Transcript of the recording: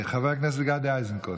חבר הכנסת גדי איזנקוט.